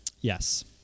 Yes